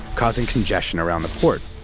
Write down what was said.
causing congestion around the port.